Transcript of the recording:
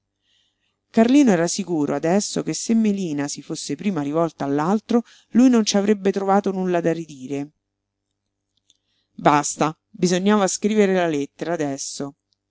carlino era sicuro adesso che se melina si fosse prima rivolta all'altro lui non ci avrebbe trovato nulla da ridire basta bisognava scrivere la lettera adesso